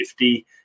50